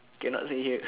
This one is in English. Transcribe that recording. cannot say here